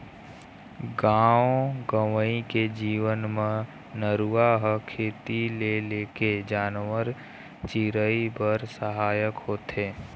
गाँव गंवई के जीवन म नरूवा ह खेती ले लेके जानवर, चिरई बर सहायक होथे